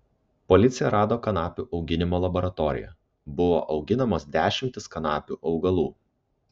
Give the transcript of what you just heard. policija rado kanapių auginimo laboratoriją buvo auginamos dešimtys kanapių augalų